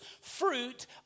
fruit